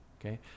okay